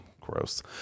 gross